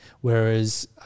whereas